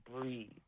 breathe